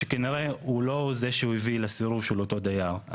שכנראה הוא לא זה שהביא לסירוב של אותו דייר.